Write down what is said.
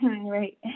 Right